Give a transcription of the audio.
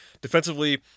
Defensively